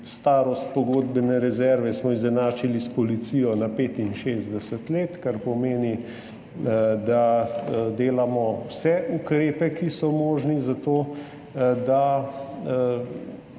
starost, pogodbene rezerve smo izenačili s policijo na 65 let, kar pomeni, da delamo vse ukrepe, ki so možni za to, da